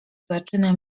zaczyna